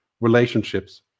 relationships